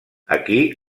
aquí